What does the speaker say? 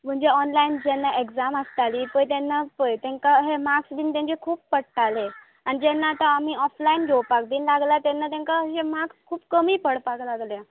म्हणजे ओनलायन जेन्ना एक्झाम आसताली पळय तेन्ना पळय तांकां अेह मार्कस् बी ताका खूब पडटाले आनी जेन्ना तांकां आमी ओफलायन बी घेवपाक लागल्या तेन्ना तांकां माक्स खूब कमी पडपाक लागल्यात